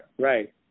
Right